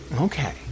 Okay